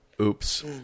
Oops